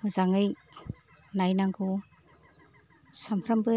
मोजाङै नायनांगौ सामफ्रामबो